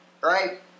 right